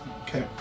Okay